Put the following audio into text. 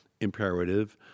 imperative